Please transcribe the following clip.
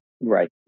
Right